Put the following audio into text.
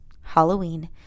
Halloween